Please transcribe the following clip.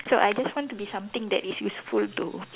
so I just want to be something that is useful to